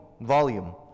volume